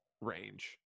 range